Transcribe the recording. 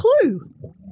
clue